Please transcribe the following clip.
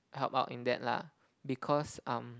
help out in that lah because um